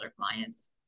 clients